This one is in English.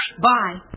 bye